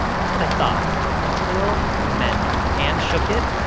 that's what i thought until we met dr. anne schuchat,